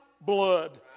blood